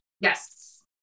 yes